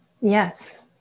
Yes